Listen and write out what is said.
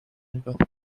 نگات